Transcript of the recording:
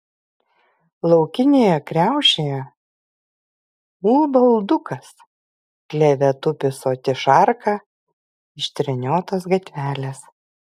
laukinėje kriaušėje ulba uldukas kleve tupi soti šarka iš treniotos gatvelės